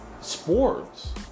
sports